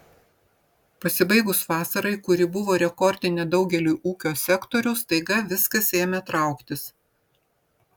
pasibaigus vasarai kuri buvo rekordinė daugeliui ūkio sektorių staiga viskas ėmė trauktis